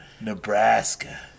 Nebraska